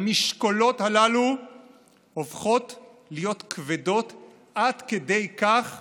המשקולות הללו הופכות להיות כבדות עד כדי כך